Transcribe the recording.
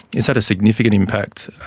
it's had a significant impact,